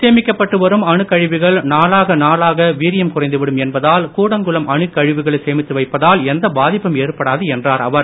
சேமிக்கப்பட்டு வரும் அணுக் கழிவுகள் நாளாக நாளாக வீரியம் குறைந்துவிடும் என்பதால் கூடங்குளம் அணுக் கழிவுகளை சேமித்து வைப்பதால் எந்த பாதிப்பும் ஏற்படாது என்றார் அவர்